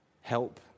Help